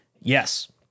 Yes